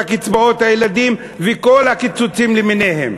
קצבאות הילדים וכל הקיצוצים למיניהם.